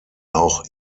auch